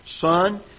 son